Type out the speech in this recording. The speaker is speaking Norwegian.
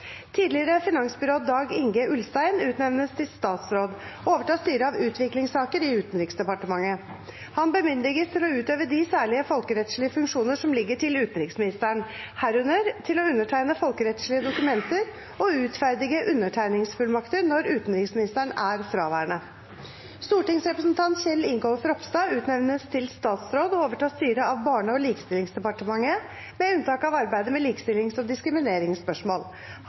Tidligere finansbyråd Dag Inge Ulstein utnevnes til statsråd og overtar styret av utviklingssaker i Utenriksdepartementet. Han bemyndiges til å utøve de særlige folkerettslige funksjoner som ligger til utenriksministeren, herunder til å undertegne folkerettslige dokumenter og utferdige undertegningsfullmakter, når utenriksministeren er fraværende. Stortingsrepresentant Kjell Ingolf Ropstad utnevnes til statsråd og overtar styret av Barne- og likstillingsdepartementet med unntak av arbeidet med likestillings- og diskrimineringsspørsmål.